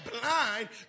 blind